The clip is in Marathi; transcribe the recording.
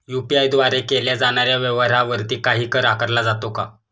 यु.पी.आय द्वारे केल्या जाणाऱ्या व्यवहारावरती काही कर आकारला जातो का?